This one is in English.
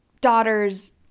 daughter's